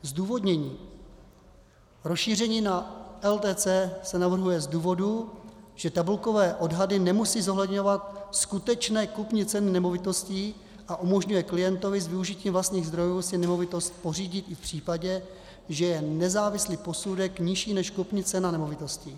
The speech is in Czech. Zdůvodnění: Rozšíření na LTC se navrhuje z důvodu, že tabulkové odhady nemusí zohledňovat skutečné kupní ceny nemovitosti a umožňuje klientovi s využitím vlastních zdrojů si nemovitost pořídit i v případě, že je nezávislý posudek nižší než kupní cena nemovitosti.